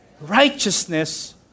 righteousness